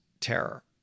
terror